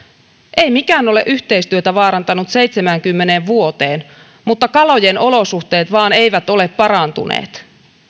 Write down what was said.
ei mikään ole yhteistyötä vaarantanut seitsemäänkymmeneen vuoteen mutta kalojen olosuhteet vain eivät ole parantuneet